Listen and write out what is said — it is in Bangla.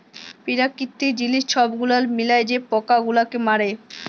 পেরাকিতিক জিলিস ছব গুলাল মিলায় যে পকা গুলালকে মারে